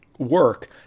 work